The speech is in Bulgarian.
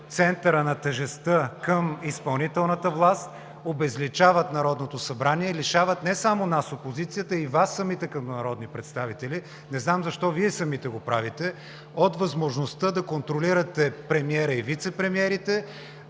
центъра на тежестта към изпълнителната власт, обезличават Народното събрание, лишават не само опозицията, но и Вас самите като народни представители – не знам защо го правите, от възможността да контролирате премиера и вицепремиерите.